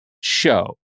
show